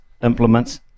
implements